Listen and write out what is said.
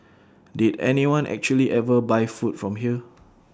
did anyone actually ever buy food from here